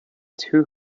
two